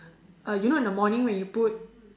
uh you know when in the morning you put